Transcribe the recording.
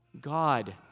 God